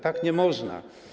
Tak nie można.